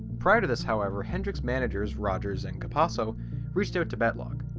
prior to this however hendrik's managers rogers and capasso reached out to battlog.